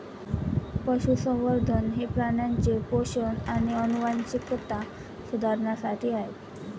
पशुसंवर्धन हे प्राण्यांचे पोषण आणि आनुवंशिकता सुधारण्यासाठी आहे